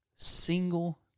single